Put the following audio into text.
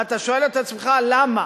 ואתה שואל את עצמך: למה?